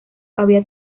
había